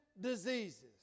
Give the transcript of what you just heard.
diseases